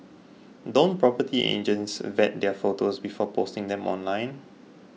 don't property agents vet their photos before posting them online